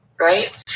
right